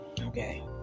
Okay